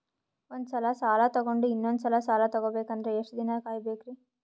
ಒಂದ್ಸಲ ಸಾಲ ತಗೊಂಡು ಇನ್ನೊಂದ್ ಸಲ ಸಾಲ ತಗೊಬೇಕಂದ್ರೆ ಎಷ್ಟ್ ದಿನ ಕಾಯ್ಬೇಕ್ರಿ?